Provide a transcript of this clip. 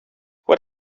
what